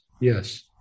yes